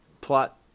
plot